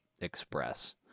express